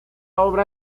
obra